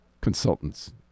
consultant's